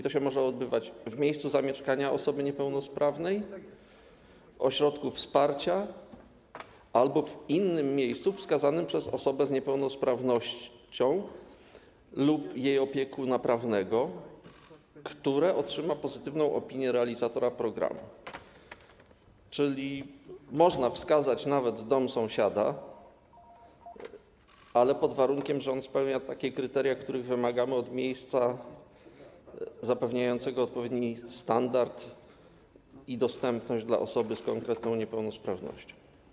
To się może odbywać w miejscu zamieszkania osoby niepełnosprawnej, ośrodku wsparcia albo w innym miejscu wskazanym przez osobę z niepełnosprawnością lub jej opiekuna prawnego, które otrzyma pozytywną opinię realizatora programu, czyli można wskazać nawet dom sąsiada, ale pod warunkiem że on spełnia kryteria, których spełniania wymagamy od miejsca zapewniającego odpowiedni standard i dostępność dla osoby z konkretną niepełnosprawnością.